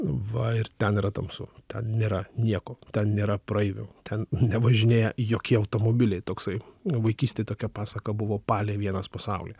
va ir ten yra tamsu ten nėra nieko ten nėra praeivių ten nevažinėja jokie automobiliai toksai vaikystėj tokia pasaka buvo palė vienas pasaulyje